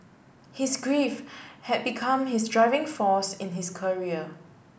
his grief had become his driving force in his career